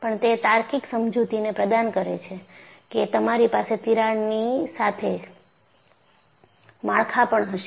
પણ તે તાર્કિક સમજૂતીને પ્રદાન કરે છે કે તમારી પાસે તિરાડની સાથે માળખા પણ હશે